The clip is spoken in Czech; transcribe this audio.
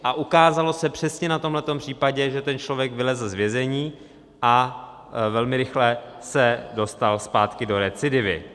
A ukázalo se přesně na tomhle tom případě, že ten člověk vylezl z vězení a velmi rychle se dostal zpátky do recidivy.